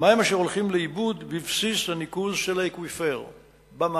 מים אשר הולכים לאיבוד בבסיס הניקוז של האקוויפר במערב.